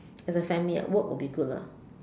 as a family uh walk would be good lah